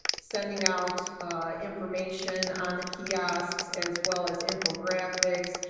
sending out information on the kiosks as well as infographics,